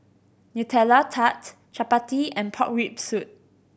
Nutella Tart chappati and pork rib soup